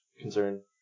concern